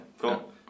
Cool